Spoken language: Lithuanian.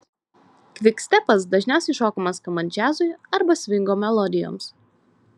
kvikstepas dažniausiai šokamas skambant džiazui arba svingo melodijoms